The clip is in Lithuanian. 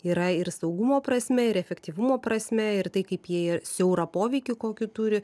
yra ir saugumo prasme ir efektyvumo prasme ir tai kaip jie siaurą poveikį kokį turi